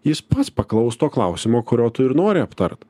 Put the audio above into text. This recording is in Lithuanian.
jis pats paklaus to klausimo kurio tu ir nori aptart